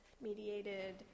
mediated